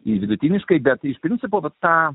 į vidutiniškai bet iš principo tą